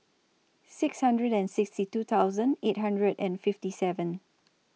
six hundred and sixty two thousand eight hundred and fifty seven